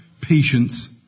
patience